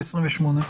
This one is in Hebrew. ו-28.